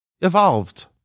evolved